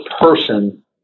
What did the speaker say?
person